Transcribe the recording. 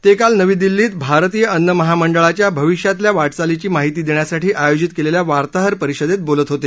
ते काल नवी दिल्ली क्रिं भारतीय अन्न महामंडळाच्या भविष्यातल्या वाटचालीची माहिती देण्यासाठी आयोजित केलेल्या वार्ताहर परिषदेत बोलत होते